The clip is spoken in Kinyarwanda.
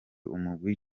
umugwi